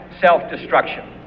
self-destruction